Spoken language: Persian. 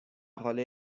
حال